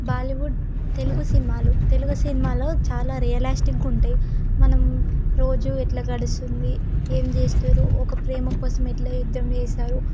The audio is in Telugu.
బాలీవుడ్ తెలుగు సినిమాలు తెలుగు సినిమాలో చాలా రియలస్టిక్గా ఉంటాయి మనం రోజు ఎట్లా గడుస్తుంది ఏం చేస్తారు ఒక ప్రేమ కోసం ఎట్లా యుద్ధం చేస్తారు